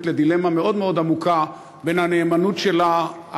לדילמה מאוד מאוד עמוקה בין הנאמנות שלה,